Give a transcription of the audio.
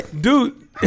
Dude